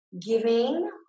giving